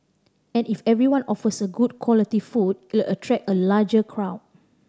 and if everyone offers good quality food it'll attract a larger crowd